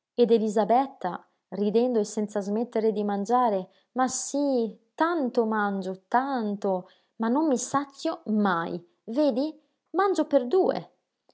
ed elisabetta ridendo e senza smettere di mangiare ma sí tanto mangio tanto ma non mi sazio mai vedi mangio per due